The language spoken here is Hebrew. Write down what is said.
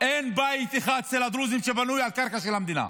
אין בית אחד אצל הדרוזים שבנוי על קרקע של המדינה.